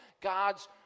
God's